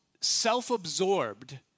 self-absorbed